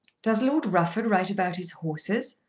does lord rufford write about his horses?